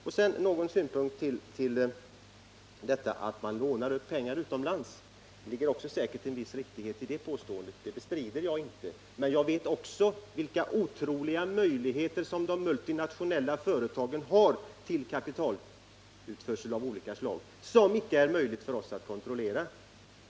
Industriministern säger att man lånar upp pengar utomlands. Det ligger säkert också en viss riktighet i det påståendet — det bestrider jag inte. Men jag vet också vilka otroliga möjligheter de multinationella företagen har till kapitalutförsel av olika slag, något som vi inte kan kontrollera.